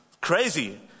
Crazy